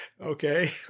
Okay